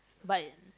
but